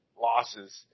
losses